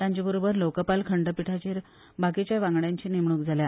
तांचे बरोबर लोकपाल खंडपीठाचेर बाकीच्याय वांगड्यांची नेमणूक जाल्या